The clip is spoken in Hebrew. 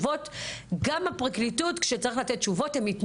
הכנסת ולא נקבל תשובות ממי שצריך לקבל תשובות.